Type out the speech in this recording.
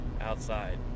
outside